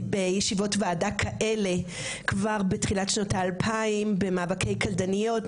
בישיבות ועדה כאלה כבר בתחילת שנות ה-2,000 במאבקי קלדניות,